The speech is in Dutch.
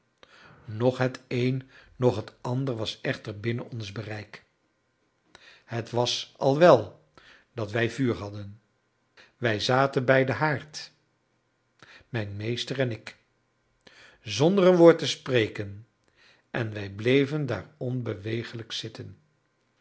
noch het een noch het ander was echter binnen ons bereik het was al wel dat wij vuur hadden wij zaten bij den haard mijn meester en ik zonder een woord te spreken en wij bleven daar onbeweeglijk zitten